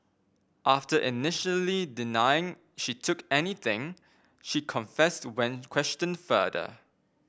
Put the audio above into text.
after initially denying she took anything she confessed when questioned further